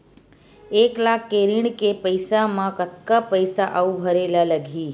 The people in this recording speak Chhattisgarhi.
एक लाख के ऋण के पईसा म कतका पईसा आऊ भरे ला लगही?